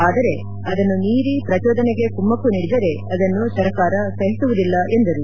ಆದರೆ ಅದನ್ನು ಮೀರಿ ಪ್ರಚೋದನೆಗೆ ಕುಮ್ಹು ನೀಡಿದರೆ ಅದನ್ನು ಸರ್ಕಾರ ಸಹಿಸುವುದಿಲ್ಲ ಎಂದರು